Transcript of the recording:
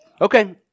Okay